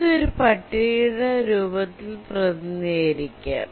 ഇത് ഒരു പട്ടികയുടെ രൂപത്തിൽ പ്രതിനിധീകരിക്കാം